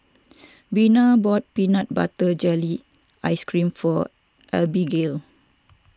Vena bought Peanut Butter Jelly Ice Cream for Abigail